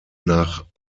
nach